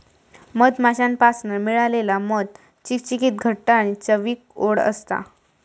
मधमाश्यांपासना मिळालेला मध चिकचिकीत घट्ट आणि चवीक ओड असता